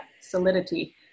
solidity